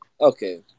Okay